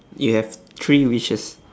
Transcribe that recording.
you have three wishes